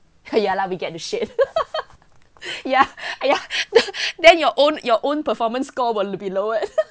eh ya lah we get the shit ya !aiya! the then your own your own performance score will be lowered